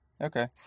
Okay